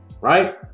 right